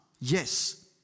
Yes